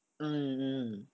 mm mm